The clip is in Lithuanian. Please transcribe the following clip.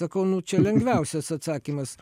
sakau nu čia lengviausias atsakymas